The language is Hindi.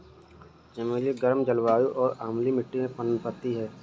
चमेली गर्म जलवायु और अम्लीय मिट्टी में पनपती है